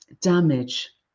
damage